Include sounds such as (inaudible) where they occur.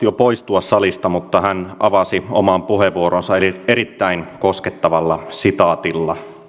(unintelligible) jo poistua salista mutta hän avasi oman puheenvuoronsa erittäin koskettavalla sitaatilla